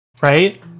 Right